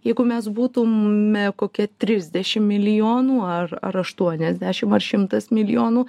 jeigu mes būtume kokie trisdešimt milijonų ar aštuoniasdešimt ar šimtas milijonų